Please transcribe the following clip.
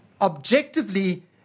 objectively